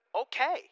okay